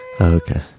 Okay